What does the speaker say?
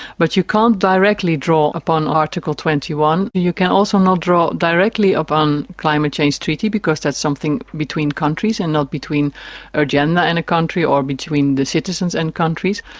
but you can't directly draw upon article twenty one, you can also not draw directly upon the climate change treaty because that's something between countries and not between urgenda and a country or between the citizens and countries.